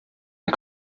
der